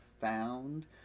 found